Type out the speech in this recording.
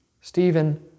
Stephen